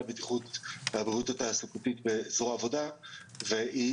הבטיחות והבריאות התעסוקתית במשרד העבודה והיא